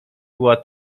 była